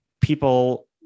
people